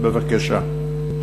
בבקשה.